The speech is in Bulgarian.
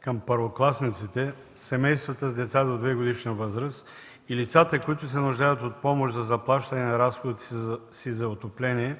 към първокласниците, семействата с деца до 2-годишна възраст и лицата, които се нуждаят от помощ за заплащане на разходите си за отопление,